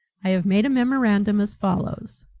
i have made a memorandum as follows,